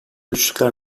güçlükler